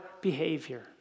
behavior